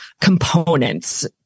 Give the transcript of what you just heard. components